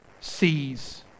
sees